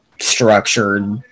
structured